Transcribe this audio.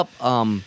up